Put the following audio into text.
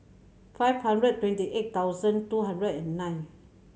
five hundred twenty eight thousand two hundred and nine